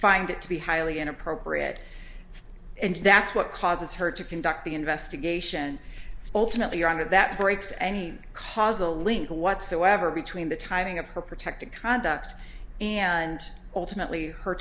find it to be highly inappropriate and that's what causes her to conduct the investigation ultimately your honor that breaks any causal link whatsoever between the timing of her protective conduct and ultimately her